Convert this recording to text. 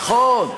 נכון,